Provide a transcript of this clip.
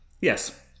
Yes